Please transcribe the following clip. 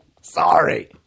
Sorry